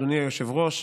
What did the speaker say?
אדוני היושב-ראש,